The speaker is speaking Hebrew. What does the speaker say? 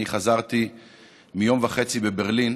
אני חזרתי מיום וחצי בברלין,